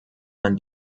man